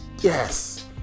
Yes